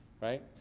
right